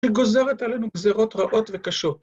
‫שגוזרת עלינו גזירות רעות וקשות.